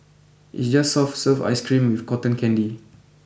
it's just soft serve ice cream with cotton candy